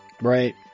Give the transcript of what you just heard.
right